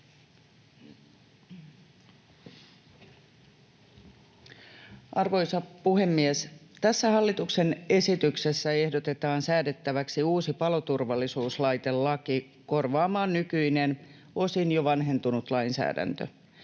Arvoisa puhemies! Tässä hallituksen esityksessä ehdotetaan säädettäväksi uusi paloturvallisuuslaitelaki korvaamaan nykyinen, osin jo vanhentunut lainsäädäntö.